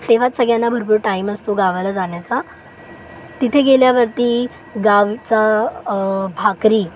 तेव्हाच सगळ्यांना भरपूर टाईम असतो गावाला जाण्याचा तिथे गेल्यावरती गावचं भाकरी